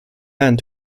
hand